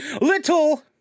Little